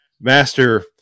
master